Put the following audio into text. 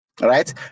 Right